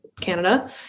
Canada